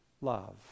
love